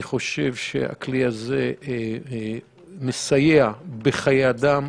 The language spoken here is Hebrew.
אני חושב שהכלי הזה מסייע בחיי אדם.